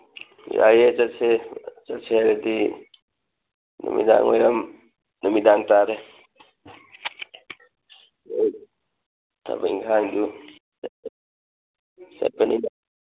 ꯌꯥꯏꯌꯦ ꯆꯠꯁꯦ ꯆꯠꯁꯦ ꯍꯥꯏꯔꯗꯤ ꯅꯨꯃꯤꯗꯥꯡꯋꯥꯏꯔꯝ ꯅꯨꯃꯤꯗꯥꯡ ꯇꯥꯔꯦ ꯊꯕꯛ ꯏꯟꯈꯥꯡꯁꯨ ꯆꯠꯄꯅꯤꯅ